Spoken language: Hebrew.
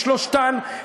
בשלושתן,